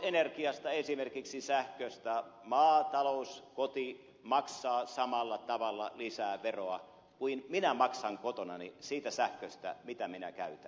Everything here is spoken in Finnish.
kotitalousenergiasta esimerkiksi sähköstä maatalouskoti maksaa samalla tavalla lisää veroa kuin minä maksan kotonani siitä sähköstä mitä minä käytän